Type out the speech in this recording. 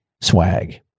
swag